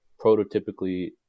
prototypically